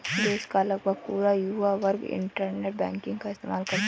देश का लगभग पूरा युवा वर्ग इन्टरनेट बैंकिंग का इस्तेमाल करता है